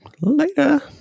Later